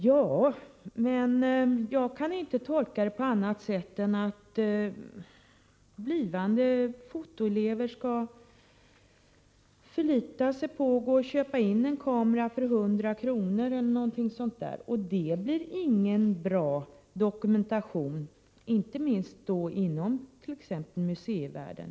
Jag kan inte tolka detta på annat sätt än så, att blivande fotoelever skall förlita sig på en kamera som de köper för ca 100 kr. Men det innebär att det inte blir någon bra dokumentation. Det gäller inte minst dokumentationen av t.ex. museivärlden.